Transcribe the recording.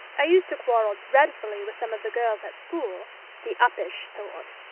i used to quarrel dreadfully with some of the girls at school the uppish sort.